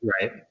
right